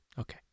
Okay